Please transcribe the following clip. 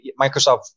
Microsoft